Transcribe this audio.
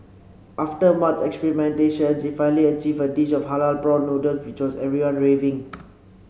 after much experimentation she finally achieved a dish of halal prawn noodles which has everyone raving